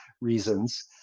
reasons